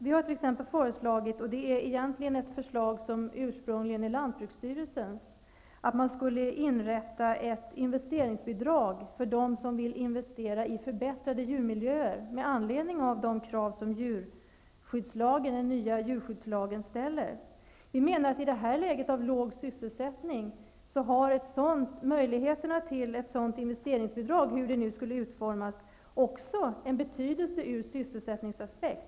Vi har t.ex. föreslagit -- ursprungligen kom förslaget från lantbruksstyrelsen -- att man skulle inrätta ett investeringsbidrag för dem som vill investera i förbättrade djurmiljöer med anledning av de krav som den nya djurskyddslagen ställer. Vi menar att i detta läge av låg sysselsättning har möjligheterna till ett sådant investeringsbidrag, hur det nu skulle utformas, också betydelse ur sysselsättningsaspekt.